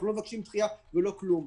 אנחנו לא מבקשים דחייה ולא כלום.